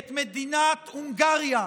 מדינת הונגריה,